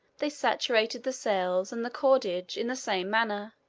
they saturated the sails and the cordage in the same manner,